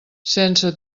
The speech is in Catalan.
sense